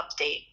update